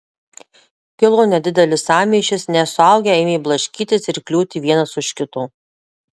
kilo nedidelis sąmyšis net suaugę ėmė blaškytis ir kliūti vienas už kito